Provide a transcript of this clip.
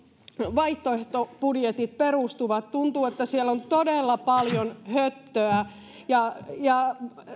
vaihtoehtobudjetit perustuvat tuntuu että siellä on todella paljon höttöä ja ja